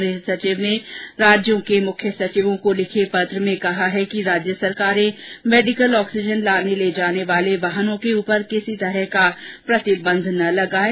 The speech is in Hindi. गृह सचिव ने राज्यों के मुख्य सचिवों को लिखे पत्र में कहा है कि राज्य सरकारे मेडिकल ऑक्सीन लाने ले जाने वाले वाहनों के ऊपर किसी तरह का प्रतिबंधन न लगायें